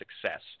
success